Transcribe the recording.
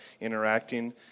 interacting